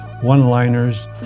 one-liners